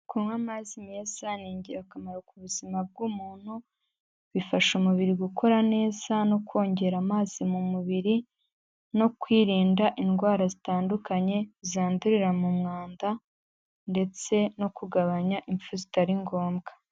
Kunywa amazi meza ni ingirakamaro ku buzima bw'umuntu, bifasha umubiri gukora neza no kongera amazi mu mubiri no kwirinda indwara zitandukanye zandurira mu mwanda ndetse no kugabanya impfu zitari ngombwa.